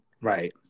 right